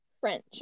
French